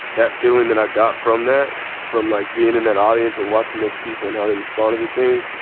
that feeling that i got from that, from like being in that audience and watching those people and how they responded to things,